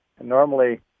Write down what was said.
Normally